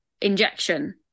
injection